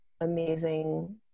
amazing